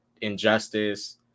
Injustice